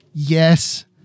yes